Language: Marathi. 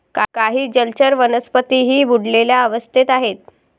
काही जलचर वनस्पतीही बुडलेल्या अवस्थेत आहेत